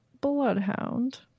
bloodhound